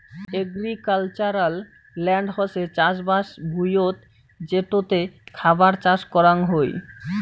agricultural land হসে চাষবাস ভুঁইয়ত যেটোতে খাবার চাষ করাং হই